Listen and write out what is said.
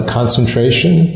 concentration